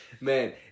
man